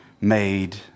made